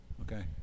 okay